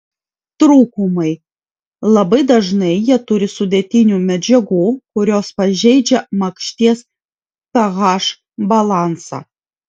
trūkumai labai dažnai jie turi sudėtinių medžiagų kurios pažeidžia makšties ph balansą